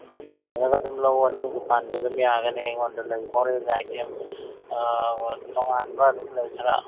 ꯌꯦꯡꯉꯒ ꯑꯗꯨꯝ ꯂꯧꯋꯣ ꯅꯪ ꯗꯨꯀꯥꯟꯒꯤ ꯑꯗꯨꯝ ꯌꯥꯒꯅꯤ ꯑꯩꯉꯣꯟꯗ ꯂꯩ ꯃꯣꯔꯦꯒꯤ ꯑꯥꯏꯇꯦꯝ ꯇꯣꯉꯥꯟꯕ ꯑꯗꯨꯝ ꯂꯩ ꯈꯔ